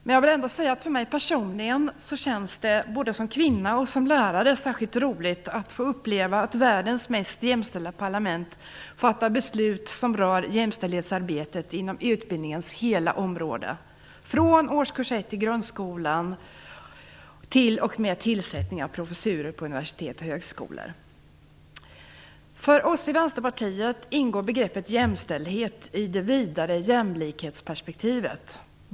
Men jag vill ändå säga att det för mig personligen känns både som kvinna och som lärare särskilt roligt att få uppleva att världens mest jämställda parlament fattar beslut som rör jämtsälldhetsarbetet inom utbildningens hela område, från årskurs 1 i grundskolan t.o.m. tillsättning av professurer på universitet och högskolor. För oss i Vänsterpartiet ingår begreppet jämställdhet i det vidare jämlikhetsperspektivet.